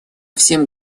всем